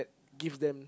give them